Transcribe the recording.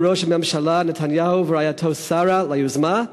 ראש הממשלה נתניהו ורעייתו שרה ליוזמה,